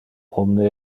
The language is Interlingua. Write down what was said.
omne